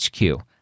HQ